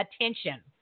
attention